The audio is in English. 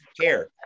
care